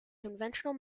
conventional